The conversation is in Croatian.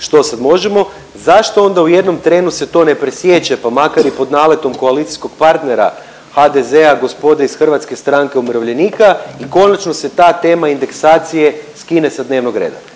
što sad možemo, zašto onda u jednom trenu se to ne presječe, pa makar i pod naletom koalicijskog partnera HDZ-a, gospode iz Hrvatske stranke umirovljenika i konačno se ta tema indeksacije skine sa dnevnog reda?